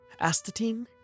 Astatine